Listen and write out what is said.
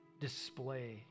display